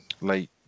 late